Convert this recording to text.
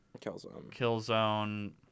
Killzone